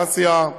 באסיה,